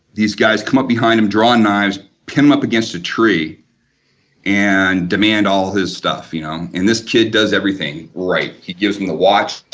these guys come up behind, and draw knives, pin him up against a tree and demand all his stuff you know, and this kid does everything, right. he gives them the watch,